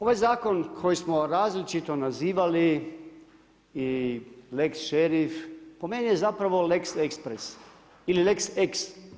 Ovaj zakon koji smo različito nazivali i lex šerif, po meni je zapravo lex express ili lex ex.